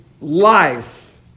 life